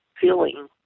feeling